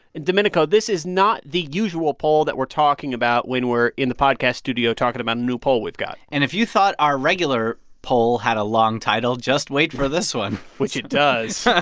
and domenico, this is not the usual poll that we're talking about when we're in the podcast studio talking about a new poll we've got and if you thought our regular poll had a long title, just wait for this one which it does.